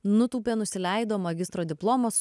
nutūpė nusileido magistro diplomas